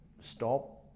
stop